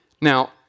Now